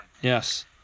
Yes